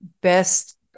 best